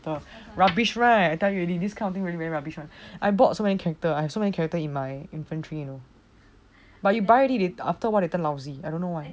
rubbish right I tell you this kind of thing very very rubbish [one] I bought so many character I have so many character in my pantry but you buy already after a while they turn lousy